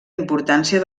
importància